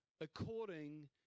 according